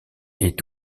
est